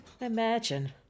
Imagine